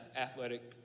athletic